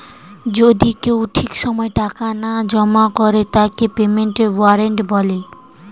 যদি কেউ ঠিক সময় টাকা না জমা করে তাকে পেমেন্টের ওয়ারেন্ট বলে